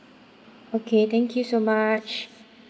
okay thank you so much